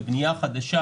בבנייה חדשה,